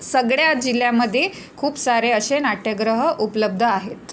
सगळ्या जिल्ह्यामध्ये खूप सारे असे नाट्यगृह उपलब्ध आहेत